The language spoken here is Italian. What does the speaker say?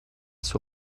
suo